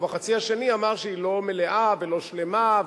ובחצי השני אמר שהיא לא מלאה ולא שלמה,